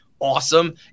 awesome